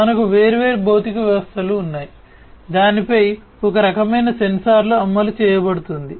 మనకు వేర్వేరు భౌతిక వ్యవస్థలు ఉన్నాయి దానిపై ఒక రకమైన సెన్సార్ అమలు చేయబడుతుంది